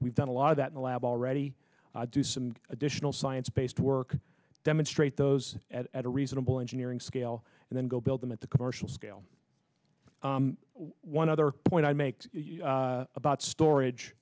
we've done a lot of that lab already do some additional science based work demonstrate those at a reasonable engineering scale and then go build them at the commercial scale one other point i make about storage